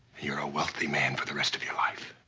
you're a wealthy man for the rest of your life.